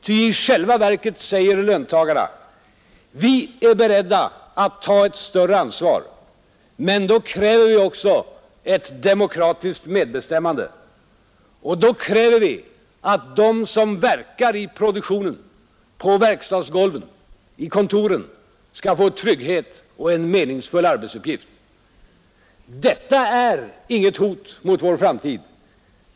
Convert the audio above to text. Ty i själva verket säger löntagarna: Vi är beredda att ta ett större ansvar. Men då kräver vi också ett demokratiskt medbestämmande. Och då kräver vi att de som verkar i produktionen, på verkstadsgolven, i kontoren, skall få trygghet och en meningsfull arbetsuppgift. Detta är inget hot mot vår framtid.